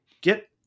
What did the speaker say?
Get